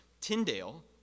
Tyndale